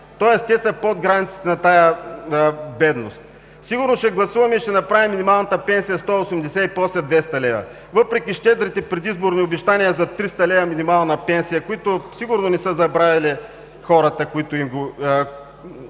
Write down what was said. тоест те са под границата на тази бедност. Сигурно ще гласуваме и ще направим минималната пенсия 180, а после – 200 лв., въпреки щедрите предизборни обещания за 300 лв. минимална пенсия, които сигурно хората не са забравили, тъй като ги